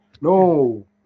No